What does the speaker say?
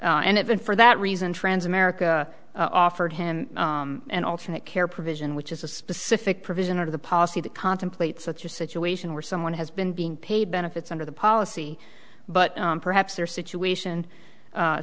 and it been for that reason trans america offered him an alternate care provision which is a specific provision of the policy to contemplate such a situation where someone has been being paid benefits under the policy but perhaps their situation